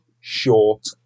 short